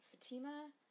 Fatima